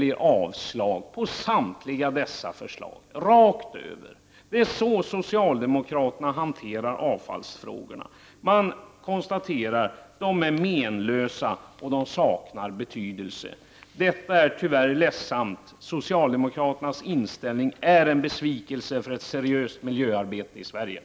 De avstyrker samtliga dessa förslag rakt över. Det är så socialdemokraterna hanterar avfallsfrågorna. De konstaterar att förslagen är menlösa och saknar betydelse. Detta är ledsamt. För ett seriöst miljöarbete i Sverige är socialdemokraternas inställning en besvikelse.